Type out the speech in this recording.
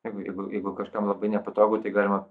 jeigu jeigu jeigu kažkam labai nepatogu tai galima